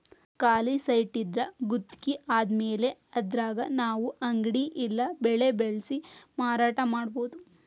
ಖಾಲಿ ಸೈಟಿದ್ರಾ ಗುತ್ಗಿ ಆಧಾರದ್ಮ್ಯಾಲೆ ಅದ್ರಾಗ್ ನಾವು ಅಂಗಡಿ ಇಲ್ಲಾ ಬೆಳೆ ಬೆಳ್ಸಿ ಮಾರಾಟಾ ಮಾಡ್ಬೊದು